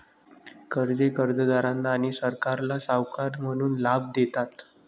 कर्जे कर्जदारांना आणि सरकारला सावकार म्हणून लाभ देतात